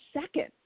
second